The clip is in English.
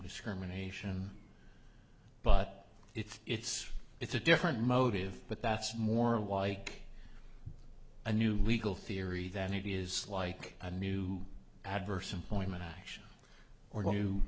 discrimination but if it's it's a different motive but that's more like a new legal theory than it is like a new adverse employment action or